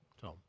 Tom